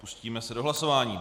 Pustíme se do hlasování.